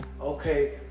okay